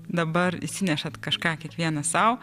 dabar įsinešate kažką kiekvienas sau